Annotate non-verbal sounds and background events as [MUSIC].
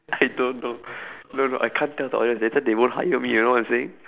[LAUGHS] I don't know [BREATH] no no I can't tell the audience later they won't hire me you know what I'm saying